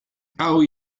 hau